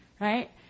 right